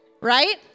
right